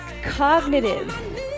cognitive